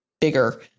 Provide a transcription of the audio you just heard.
bigger